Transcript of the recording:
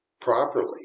properly